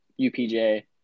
UPJ